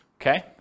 Okay